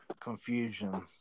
confusion